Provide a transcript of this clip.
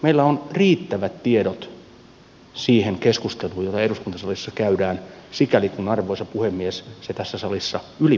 meillä on riittävät tiedot siihen keskusteluun jota eduskuntasalissa käydään sikäli kuin arvoisa puhemies se tässä salissa ylipäätänsä on mahdollista